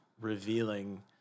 revealing